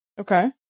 Okay